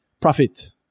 Profit